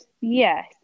Yes